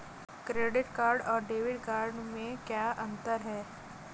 Credit card और debit card में क्या अंतर है?